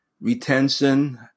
retention